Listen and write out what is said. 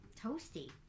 toasty